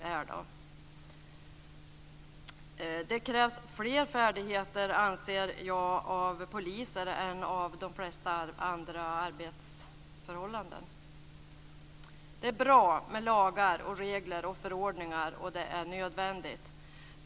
Jag anser att det krävs fler färdigheter av poliser än av de flesta andra yrkesgrupper. Det är bra med lagar, regler och förordningar, och de är nödvändiga.